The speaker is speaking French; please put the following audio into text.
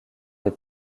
des